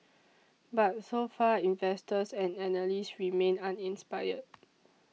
but so far investors and analysts remain uninspired